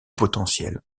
potentiels